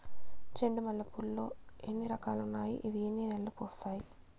చెండు మల్లె పూలు లో ఎన్ని రకాలు ఉన్నాయి ఇవి ఎన్ని నెలలు పూస్తాయి